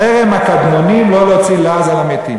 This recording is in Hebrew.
חרם הקדמונים לא להוציא לעג על המתים.